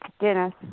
Dennis